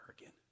again